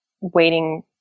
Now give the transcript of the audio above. waiting